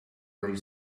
your